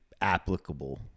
applicable